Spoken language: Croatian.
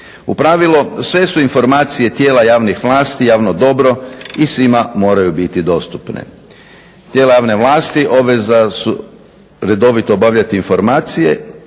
U pravilu sve su informacije tijela javnih vlasti javno dobro i svima moraju biti dostupne. Tijela javne vlasti obvezna su redovito objavljivati informacije